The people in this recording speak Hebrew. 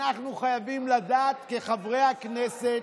כחברי הכנסת